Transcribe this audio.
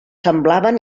semblaven